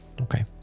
Okay